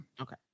Okay